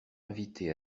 inviter